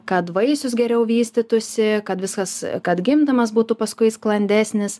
kad vaisius geriau vystytųsi kad viskas kad gimdamas būtų paskui sklandesnis